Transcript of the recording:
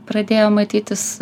pradėjo matytis